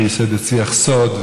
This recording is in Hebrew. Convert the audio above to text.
שייסד את שיח סוד,